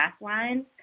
lines